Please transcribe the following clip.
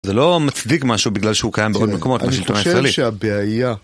זה לא מצדיק משהו בגלל שהוא קיים בעוד מקומות מהשלטון הישראלי. אני חושב שהבעיה...